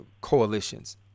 coalitions